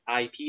IP